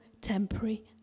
temporary